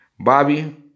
Bobby